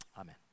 amen